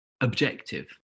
objective